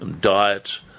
diet